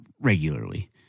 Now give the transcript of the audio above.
regularly